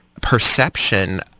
perception